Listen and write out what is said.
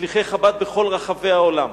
לשליחי חב"ד בכל רחבי העולם.